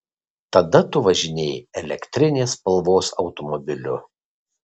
tada tu važinėjai elektrinės spalvos automobiliu